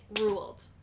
ruled